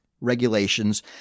regulations